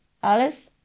Alles